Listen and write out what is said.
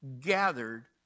gathered